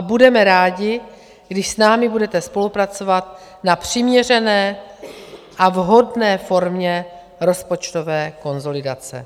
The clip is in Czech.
Budeme rádi, když s námi budete spolupracovat na přiměřené a vhodné formě rozpočtové konsolidace.